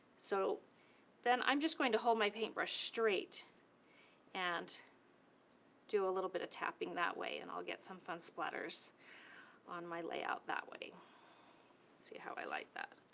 so then i'm just going to hold my paintbrush straight and do a little bit of tapping that way. and i'll get some fun splatters on my layout that way. let's see how i like that.